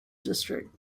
district